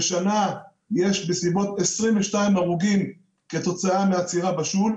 בשנה יש בסביבות 22 הרוגים כתוצאה מעצירה בשול.